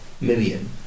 million